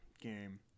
game